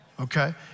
Okay